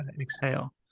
Exhale